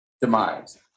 demise